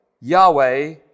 Yahweh